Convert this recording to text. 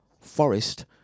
Forest